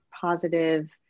positive